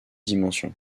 dimensions